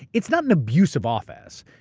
it's not an abuse of office.